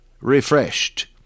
refreshed